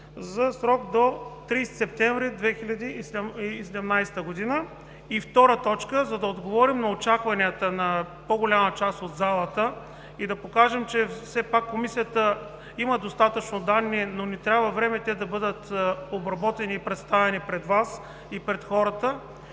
за срок до 30 септември 2017 г. Второ, за да отговорим на очакванията на по-голяма част от залата и да покажем, че все пак Комисията има достатъчно данни, но ни трябва време те да бъдат обработени и представени пред Вас и пред хората,